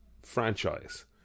franchise